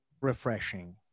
refreshing